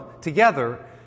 together